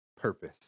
purpose